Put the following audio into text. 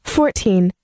Fourteen